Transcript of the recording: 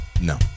No